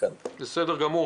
בסדר גמור,